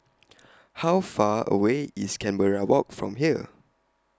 How Far away IS Canberra Walk from here